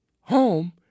home